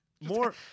more